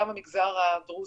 גם במגזר הדרוזי,